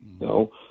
No